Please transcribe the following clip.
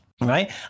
Right